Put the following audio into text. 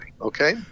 okay